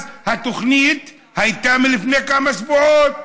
אז התוכנית הייתה מלפני כמה שבועות.